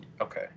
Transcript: Okay